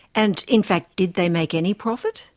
and in fact did they make any profit?